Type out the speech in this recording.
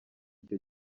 icyo